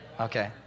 Okay